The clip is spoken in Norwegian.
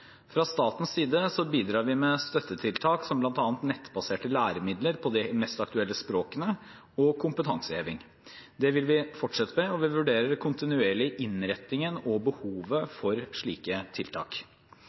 Fra statens side bidrar vi med støttetiltak – som bl.a. nettbaserte læremidler på de mest aktuelle språkene – og kompetanseheving. Det vil vi fortsette med, og vi vurderer kontinuerlig innrettingen og